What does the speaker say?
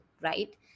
right